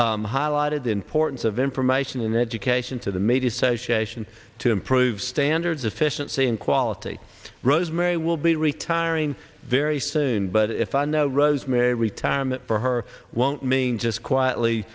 has highlighted importance of information in the education to the maid association to improve standards efficiency and quality rosemary will be retiring very soon but if i know rosemary retirement for her won't mean just quietly